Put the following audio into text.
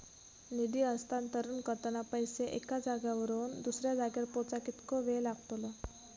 निधी हस्तांतरण करताना पैसे एक्या जाग्यावरून दुसऱ्या जाग्यार पोचाक कितको वेळ लागतलो?